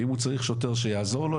אם הוא צריך שוטר שיעזור לו,